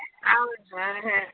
হ্যাঁ হ্যাঁ